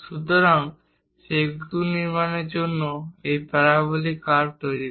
সুতরাং সেতু নির্মাণের জন্যও এই প্যারাবোলিক কার্ভ তৈরি করা